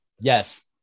Yes